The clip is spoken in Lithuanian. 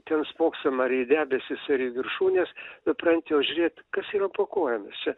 ten spoksom ar į debesis ar į viršūnes supranti o žiūrėt kas yra po kojomis čia